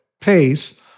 pace